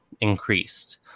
increased